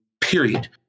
period